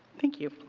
thank you.